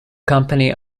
company